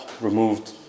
removed